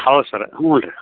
ಹೌದು ಸರ ಹ್ಞೂ ರೀ